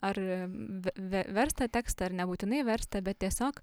ar ve ve verstą tekstą ar nebūtinai verstą bet tiesiog